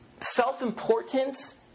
self-importance